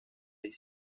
high